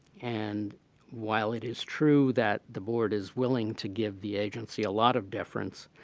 and while it is true that the board is willing to give the agency a lot of deference,